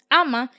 ama